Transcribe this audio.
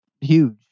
huge